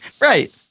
right